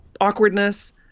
awkwardness